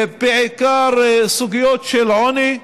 בעיקר סוגיות של עוני,